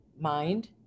mind